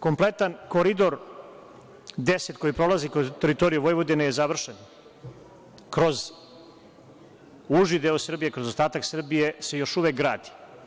Kompletan „Koridor 10“, koji prolazi kroz teritoriju Vojvodine je završen, kroz uži deo Srbije, kroz ostatak Srbije se još uvek gradi.